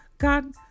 God